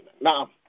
Now